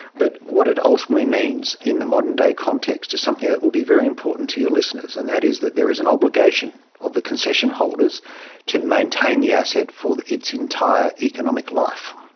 but what it ultimately means in the modern-day context is something that will be very important to your listeners, and that is that there is an obligation of the concession holders to maintain the asset for its entire economic life.